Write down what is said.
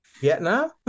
Vietnam